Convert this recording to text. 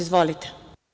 Izvolite.